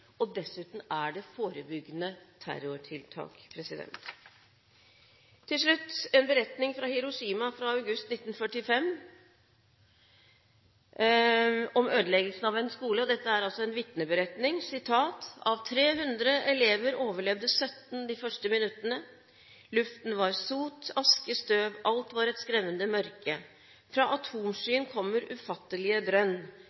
og dessuten er det forebyggende terrortiltak. Til slutt en vitneberetning fra Hiroshima fra august 1945 om ødeleggelsene av en skole: Av 300 elever overlevde 17 de første minuttene. Luften var sot, aske, støv – alt var et skremmende mørke. Fra atomskyen kommer ufattelige drønn.